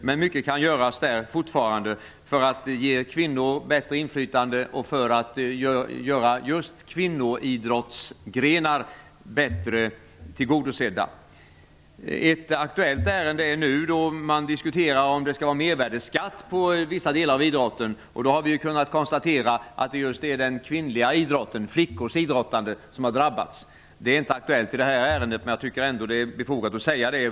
Men mycket kan fortfarande göras för att ge kvinnor ett större inflytande och för att kvinnoidrottsgrenar skall bli bättre tillgodosedda. Ett aktuellt ärende är diskussionen om mervärdesskatt på vissa delar av idrotten. Vi har konstaterat att det är just kvinnors och flickors idrottande som har drabbats. Det är inte aktuellt i det ärende som vi i dag behandlar, men jag tycker ändå att det är befogat att ta upp detta.